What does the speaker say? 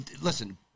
listen